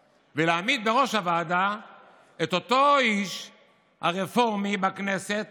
עובדיה יוסף זצ"ל להביע אי-אמון בממשלה בנושאים